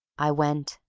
i went.